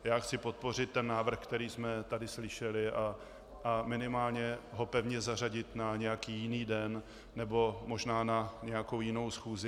Já chci podpořit ten návrh, který jsme tady slyšeli, a minimálně ho pevně zařadit na nějaký jiný den nebo možná na nějakou jinou schůzi.